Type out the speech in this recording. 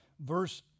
Verse